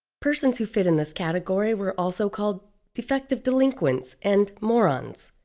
persons who fit in this category were also called defective delinquents and morons.